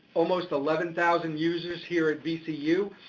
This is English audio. almost eleven thousand users here at vcu,